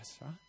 right